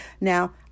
Now